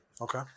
Okay